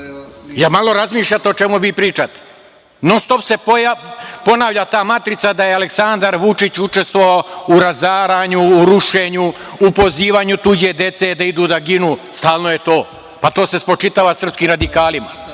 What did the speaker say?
Jel malo razmišljate o čemu vi pričate? Non-stop se ponavlja ta matrica da je Aleksandar Vučić učestvovao u razaranju, rušenju, u pozivanju tuđe dece da idu da ginu, stalno je to. To se spočitava srpskim radikalima.